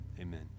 Amen